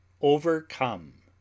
overcome